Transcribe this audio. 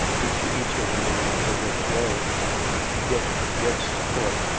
each each of them in in its way gets gets support.